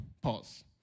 pause